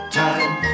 time